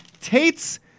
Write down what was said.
Tate's